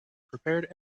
prepared